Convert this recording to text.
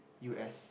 U S